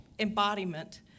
embodiment